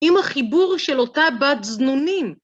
עם החיבור של אותה בת זנונים.